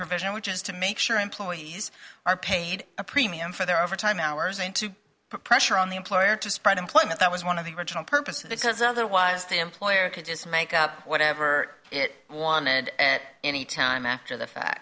provision which is to make sure employees are paid a premium for their overtime hours and to put pressure on the employer to spread employment that was one of the original purpose because otherwise the employer could just make up whatever it wanted at any time after the fa